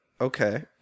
Okay